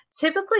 Typically